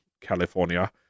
California